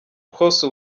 hose